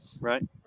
right